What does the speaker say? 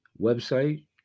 website